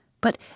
But